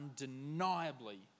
undeniably